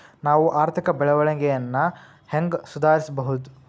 ನಾವು ಆರ್ಥಿಕ ಬೆಳವಣಿಗೆಯನ್ನ ಹೆಂಗ್ ಸುಧಾರಿಸ್ಬಹುದ್?